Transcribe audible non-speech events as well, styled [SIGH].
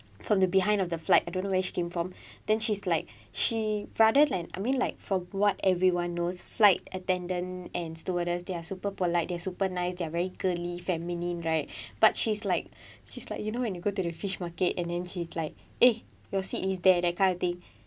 from the behind of the flight I don't know where she came from [BREATH] then she's like she rather than I mean like from what everyone knows flight attendant and stewardess they are super polite they're super nice they're very girlie feminine right [BREATH] but she's like [BREATH] she's like you know when you go to the fish market and then she's like eh your seat is there that kind of thing